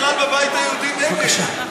אתם בכלל בבית היהודי נגד.